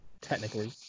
Technically